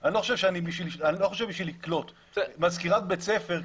אני לא חושב שבשביל לקלוט מזכירת בית ספר,